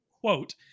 quote